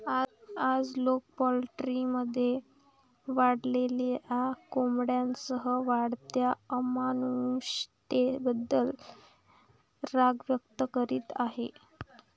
आज, लोक पोल्ट्रीमध्ये वाढलेल्या कोंबड्यांसह वाढत्या अमानुषतेबद्दल राग व्यक्त करीत आहेत